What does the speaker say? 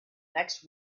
next